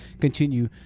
continue